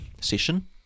session